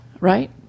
right